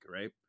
right